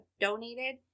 donated